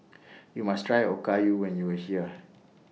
YOU must Try Okayu when YOU Are here